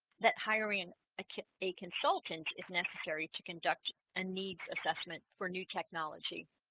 that hiring ah a consultant is necessary to conduct a needs assessment for new technology